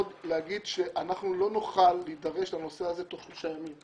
להגיד שאנחנו לא נוכל להידרש לנושא הזה תוך שלושה ימים.